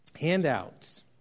handouts